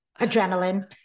adrenaline